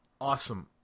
Awesome